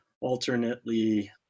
alternately